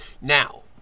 Now